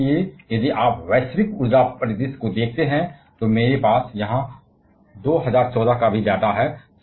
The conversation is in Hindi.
और यही कारण है कि यदि आप वैश्विक ऊर्जा परिदृश्य को देखते हैं तो मेरे पास 2014 का डेटा है